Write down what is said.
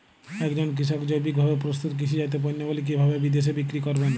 একজন কৃষক জৈবিকভাবে প্রস্তুত কৃষিজাত পণ্যগুলি কিভাবে বিদেশে বিক্রি করবেন?